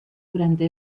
durante